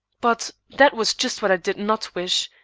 but that was just what i did not wish.